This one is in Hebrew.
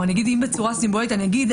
אם בצורה סימבולית אני אגיד,